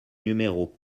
numéro